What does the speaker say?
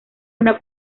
una